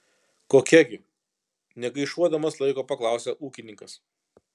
kokia gi negaišuodamas laiko paklausia ūkininkas